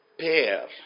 pair